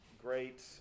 great